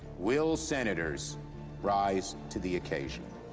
will senators rise to the occasion